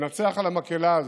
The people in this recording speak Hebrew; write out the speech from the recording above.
לנצח על המקהלה הזאת.